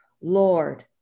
Lord